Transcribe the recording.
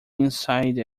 inside